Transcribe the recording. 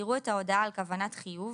יראו את ההודעה על כוונת חיוב,